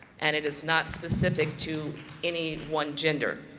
and it is not specific to any one gender.